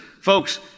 folks